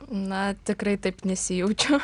na tikrai taip nesijaučiu